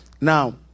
Now